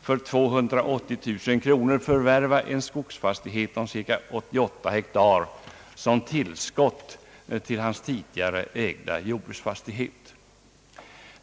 för 280 000 kronor förvärva en skogsfastighet om cirka 88 hektar som tillskott till hans tidigare ägda jordbruksfastighet.